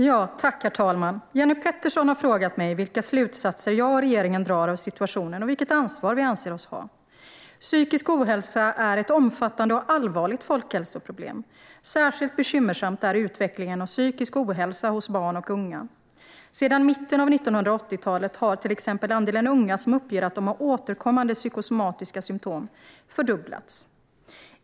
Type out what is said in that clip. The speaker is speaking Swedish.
Herr talman! Jenny Petersson har frågat mig vilka slutsatser jag och regeringen drar av situationen och vilket ansvar vi anser oss ha. Psykisk ohälsa är ett omfattande och allvarligt folkhälsoproblem, och särskilt bekymmersamt är utvecklingen av psykisk ohälsa hos barn och unga. Sedan mitten av 1980-talet har till exempel andelen unga som uppger att de har återkommande psykosomatiska symtom fördubblats.